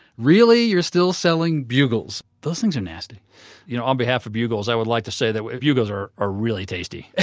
really? you're still selling bugles? those things are nasty you know on behalf of bugles i would like to say that bugles are are really tasty